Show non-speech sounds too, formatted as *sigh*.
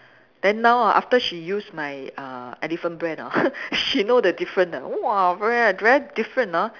then now ah after she use my uh elephant brand ah *laughs* she know the different ah !whoa! very very different ah